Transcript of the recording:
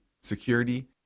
security